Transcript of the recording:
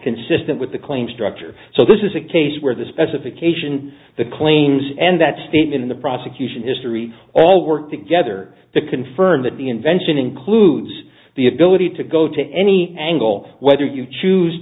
consistent with the claim structure so this is a case where the specification the claims and that state in the prosecution history all work together to confirm that the invention includes the ability to go to any angle whether you choose